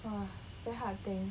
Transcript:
!wah! very hard to think